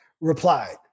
replied